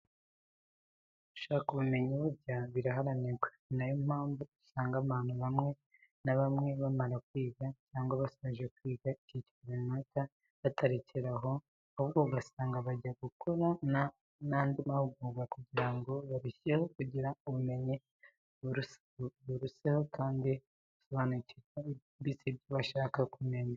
Gushaka ubumenyi burya biraharanirwa, ni na yo mpamvu usanga abantu bamwe na bamwe bamara kwiga cyangwa se basoje kwiga icyiciro runaka batarekera aho, ahubwo usanga bajya gukora n'andi mahugurwa kugira ngo barusheho kugira ubumenyi buruseho kandi bagasobanukirwa byimbitse ibyo bashaga kumenya.